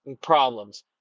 problems